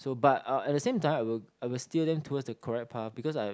so but eh at the same time I will I will steer them towards the correct path because I